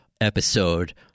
episode